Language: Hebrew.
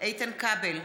איתן כבל,